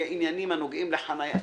מאוד בעניינים הנוגעים לחניה.